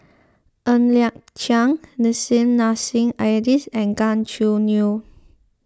Ng Liang Chiang Nissim Nassim Aerdis and Gan Choo Neo